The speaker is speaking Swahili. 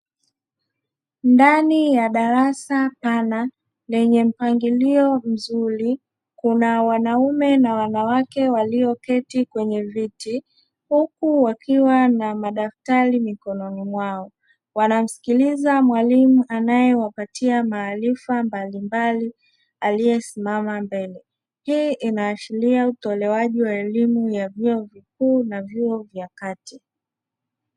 Ndani ya darasa pana lenye mpangilio mzuri, kuna wanaume na wanawake walioketi kwenye viti, huku wakiwa na madaftari mikononi mwao. Wanamsikiliza mwalimu anayewapatia maarifa mbalimbali aliyesimama mbele; hii inaashiria utolewaji wa elimu ya vyuo vikuu na vyuo vya kati.